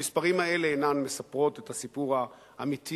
המספרים האלה אינם מספרים את הסיפור האמיתי,